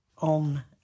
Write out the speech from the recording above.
on